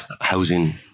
housing